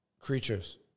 creatures